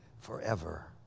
forever